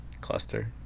Cluster